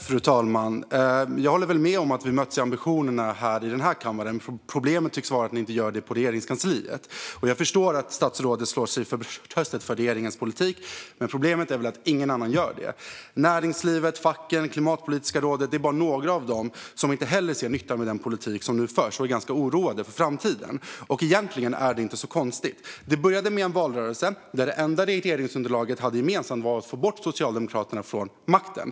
Fru talman! Jag håller väl med om att vi möts i ambitionerna i denna kammare. Problemet tycks vara att ni inte gör det i Regeringskansliet. Jag förstår att statsrådet slår sig för bröstet för regeringens politik, men problemet är väl att ingen annan gör det. Näringslivet, facken och Klimatpolitiska rådet är bara några av dem som inte heller ser nyttan med den politik som nu förs och som är ganska oroade för framtiden. Det är egentligen inte så konstigt. Det började med en valrörelse där det enda regeringsunderlaget hade gemensamt var att man ville få bort Socialdemokraterna från makten.